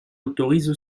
autorise